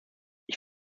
ich